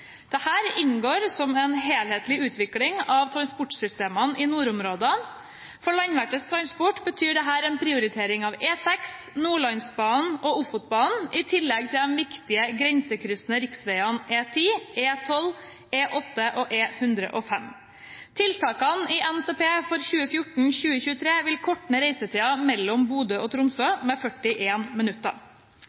inngår som en helhetlig utvikling av transportsystemene i nordområdene. For landverts transport betyr dette en prioritering av E6, Nordlandsbanen og Ofotbanen i tillegg til de viktige, grensekryssende riksveiene E10, E12, E8 og E105. Tiltakene i NTP 2014–2023 vil korte ned reisetiden mellom Bodø og Tromsø med